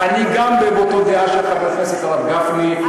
גם אני באותה דעה של חבר הכנסת הרב גפני,